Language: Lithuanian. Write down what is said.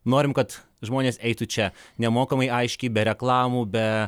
norim kad žmonės eitų čia nemokamai aiškiai be reklamų be